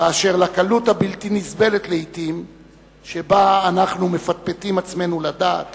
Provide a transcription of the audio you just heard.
באשר לקלות הבלתי-נסבלת לעתים שבה אנחנו מפטפטים עצמנו לדעת